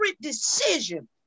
decision